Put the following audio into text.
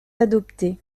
adoptée